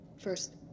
First